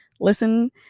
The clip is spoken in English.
listen